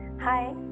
Hi